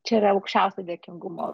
čia yra aukščiausia dėkingumo